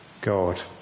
God